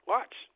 Watch